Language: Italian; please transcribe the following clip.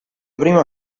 prima